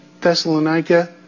Thessalonica